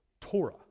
torah